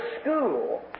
school